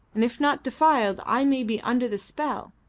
and if not defiled i may be under the spell.